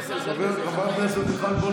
חבר הכנסת מיכאל מלכיאלי,